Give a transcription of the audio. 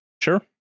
Sure